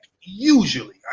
Usually